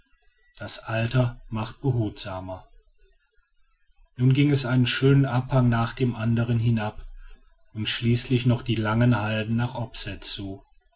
das alter macht behutsamer nun ging es einen schönen abhang nach dem andern hinab und schließlich noch die langen halden nach opset zu